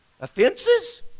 Offenses